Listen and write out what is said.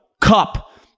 Cup